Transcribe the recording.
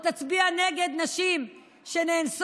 או תצביע נגד נשים שנאנסות?